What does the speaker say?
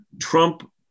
Trump